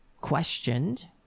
questioned